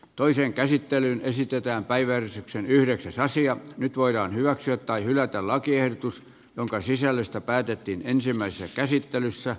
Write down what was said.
toisen käsittelyn esitetään päivän yhdeksäs asia nyt voidaan hyväksyä tai hylätä lakiehdotus jonka sisällöstä päätettiin ensimmäisessä käsittelyssä